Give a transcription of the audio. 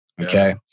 okay